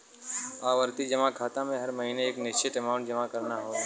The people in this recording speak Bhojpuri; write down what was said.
आवर्ती जमा खाता में हर महीने एक निश्चित अमांउट जमा करना होला